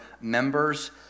members